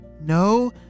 no